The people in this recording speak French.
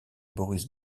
boris